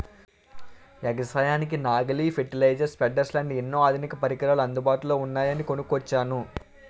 ఎగసాయానికి నాగలి, fertiliser, spreaders లాంటి ఎన్నో ఆధునిక పరికరాలు అందుబాటులో ఉన్నాయని కొనుక్కొచ్చాను